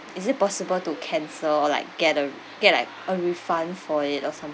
is it possible to cancel or like get a get like a refund for it or something